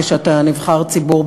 כשאתה נבחר ציבור,